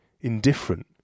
indifferent